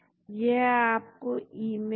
तो यह वह मॉलिक्यूल है जिसको हमने देखा